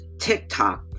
TikTok